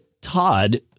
Todd